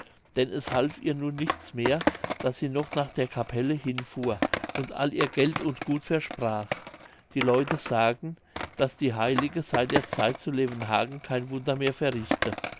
denn es half ihr nun nichts mehr daß sie noch nach der capelle hinfuhr und all ihr geld und gut versprach die leute sagen daß die heilige seit der zeit zu levenhagen kein wunder mehr verrichte